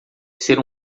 ser